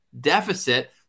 Deficit